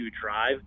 drive